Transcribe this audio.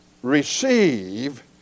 receive